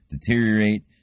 deteriorate